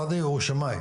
ראדי הוא שמאי,